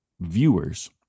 viewers